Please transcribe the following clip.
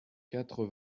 quatre